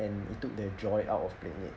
and it took the joy out of playing it